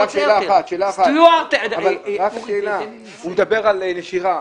הוא מדבר על נשירה.